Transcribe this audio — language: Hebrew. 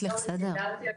בסדר?